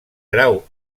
grau